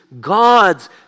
God's